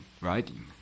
writing